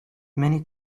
many